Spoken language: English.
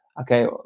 okay